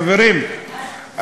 חברים,